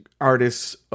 artist's